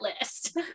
list